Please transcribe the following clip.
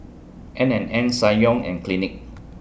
N and N Ssangyong and Clinique